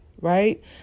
right